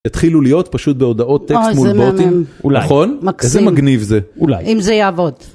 התחילו להיות פשוט בהודעות טקסט מול בוטים, אוי זה מהמם, אולי, נכון, מקסים, איזה מגניב זה, אולי, אם זה יעבוד.